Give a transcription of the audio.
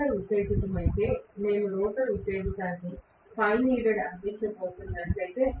rotor ఉత్తేజితమైతే నేను rotor ఉత్తేజితాన్ని Φneeded అందించబోతున్నట్లయితే